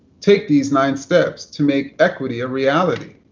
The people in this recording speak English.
take these nine steps to make equity a reality.